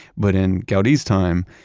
but in gaudi's time,